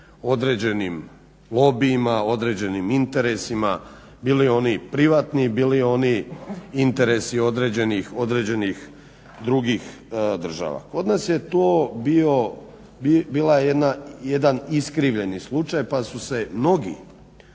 određenim lobijima, određenim interesima bili oni privatni, bili oni interesi određenih drugih država. Kod nas je to bila jedan iskrivljeni slučaj, pa su se mnogi